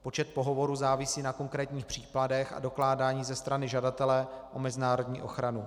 Počet pohovorů závisí na konkrétních případech a dokládání ze strany žadatele o mezinárodní ochranu.